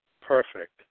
perfect